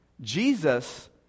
Jesus